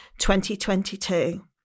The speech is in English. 2022